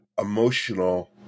emotional